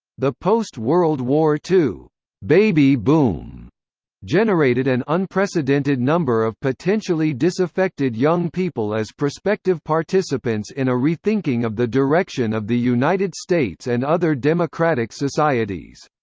the post-world war ii baby boom generated an unprecedented number of potentially disaffected young people as prospective participants in a rethinking of the direction of the united states and other democratic societies.